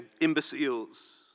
imbeciles